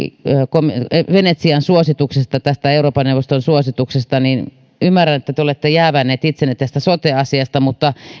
venetsian suosituksesta tästä euroopan neuvoston suosituksesta niin vaikka ymmärrän että te olette jäävännyt itsenne tästä sote asiasta